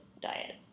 diet